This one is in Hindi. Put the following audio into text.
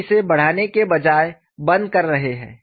हम इसे बढ़ाने के बजाय बंद कर रहे हैं